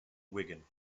wigan